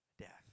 death